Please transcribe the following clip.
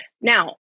Now